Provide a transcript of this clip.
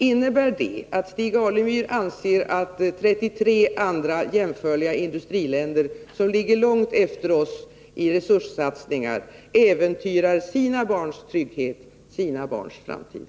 Innebär det att Stig Alemyr anser att 33 andra jämförliga industriländer som är långt efter oss i resurssatsningar äventyrar sina barns trygghet och sina barns framtid?